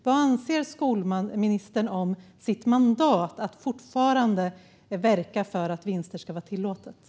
Vad anser skolministern om sitt mandat att fortfarande verka för att vinster ska vara tillåtna?